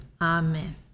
Amen